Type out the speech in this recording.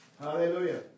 Hallelujah